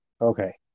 Okay